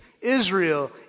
Israel